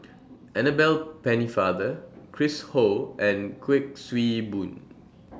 Annabel Pennefather Chris Ho and Kuik Swee Boon